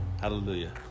Hallelujah